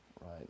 Right